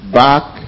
back